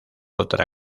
otra